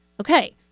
Okay